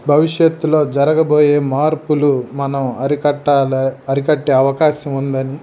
భవిష్యత్తులో జరగబోయే మార్పులు మనం అరికట్టాలే అరికట్టే అవకాశం ఉందని